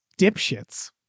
dipshits